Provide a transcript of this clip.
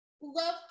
Love